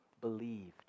believed